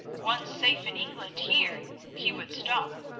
once safe in england here he would stop,